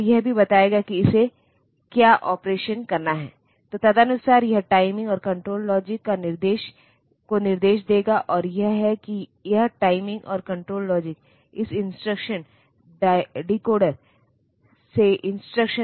जैसे अगर मुझे अपने प्रोसेसर में 10 अलग रजिस्टर मिले हैं तो R 1 से R 10 कहें